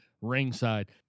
ringside